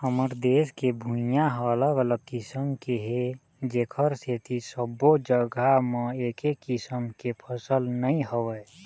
हमर देश के भुइंहा ह अलग अलग किसम के हे जेखर सेती सब्बो जघा म एके किसम के फसल नइ होवय